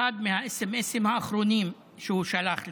אחד מהסמ"סים האחרונים שהוא שלח לי: